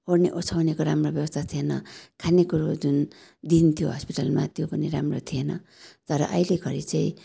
ओड्ने ओछ्याउनेको को राम्रो व्यवस्था थिएन खानेकुरो जुन दिन्थ्यो हस्पिटलमा त्यो पनि राम्रो थिएन तर अहिले घडी चाहिँ